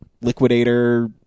liquidator